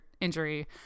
injury